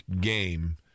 game